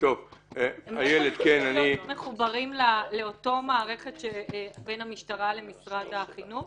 להיות מחוברים לאותה מערכת שבין המשטרה למשרד החינוך?